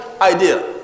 idea